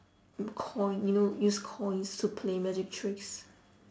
coin you know use coins to play magic tricks